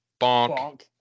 Bonk